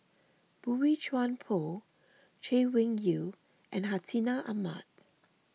Boey Chuan Poh Chay Weng Yew and Hartinah Ahmad